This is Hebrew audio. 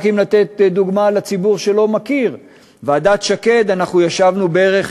רק לתת דוגמה לציבור שלא מכיר: בוועדת שקד אנחנו ישבנו בערך